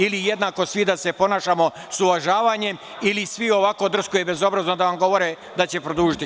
Ili jednako svi da se ponašamo sa uvažavanjem ili svi ovako drsko i bezobrazno da vam govore, da će produžiti.